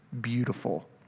beautiful